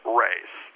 race